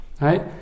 right